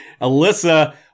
Alyssa